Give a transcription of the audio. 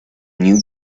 new